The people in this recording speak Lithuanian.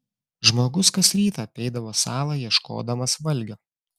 žmogus kas rytą apeidavo salą ieškodamas valgio